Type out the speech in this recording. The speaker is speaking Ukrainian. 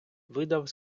видав